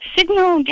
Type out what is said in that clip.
Signal